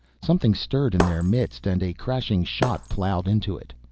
something stirred in their midst and a crashing shot ploughed into it.